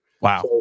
Wow